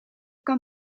kan